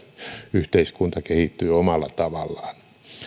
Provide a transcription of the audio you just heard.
yhteiskunta kehittyy omalla tavallaan